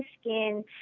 skin